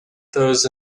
those